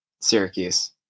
Syracuse